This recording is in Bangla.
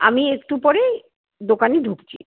আমি একটু পরেই দোকানে ঢুকছি